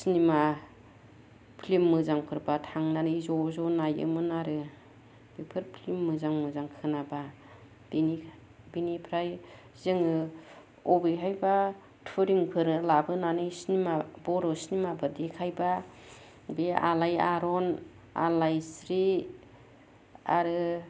cinema film मोजां फोरबा थांनानै ज' ज' नायोमोन आरो फिल्म मोजां मोजां खोनाब्ला बिनिफ्राय जोङो अबेहायबा थुरिंफोर लाबोनानै बर' सिनेमाफोर देखायब्ला बे आलायआरन आलायस्रि आरो